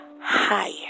higher